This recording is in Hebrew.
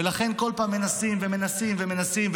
ולכן כל פעם מנסים ומנסים ומנסים.